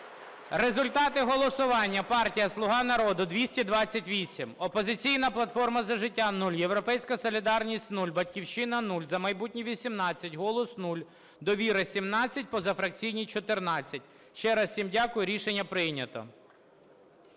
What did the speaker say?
Результати голосування. Партія "Слуга народу" – 228, "Опозиційна платформа - За життя" – 0, "Європейська солідарність" – 0, "Батьківщина" – 0, "За майбутнє" – 18, "Голос" – 0, "Довіра" – 17, позафракційні – 14. Ще раз всім дякую. Рішення прийнято.